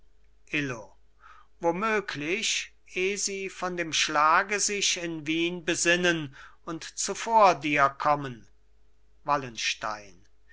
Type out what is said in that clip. wo möglich eh sie von dem schlage sich in wien besinnen und zuvor dir kommen wallenstein